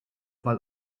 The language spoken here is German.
weil